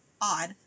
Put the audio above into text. odd